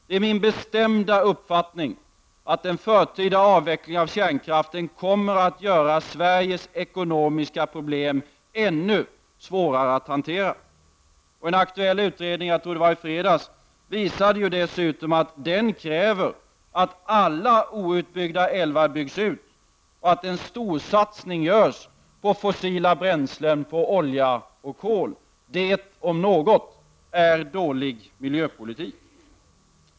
Det är min bestämda uppfattning att en förtida avveckling av kärnkraften kommer att göra Sveriges ekonomiska problem ännu svårare att hantera än de är i dag. En aktuell utredning, som jag tror presenterades i fredags, visar ju dessutom att en förtida avveckling kräver att alla outbyggda älvar byggs ut och att en storsatsning görs på fossila bränslen, alltså på olja och kol. Det om något är dålig miljöpolitik!